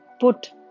put